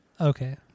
Okay